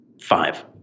five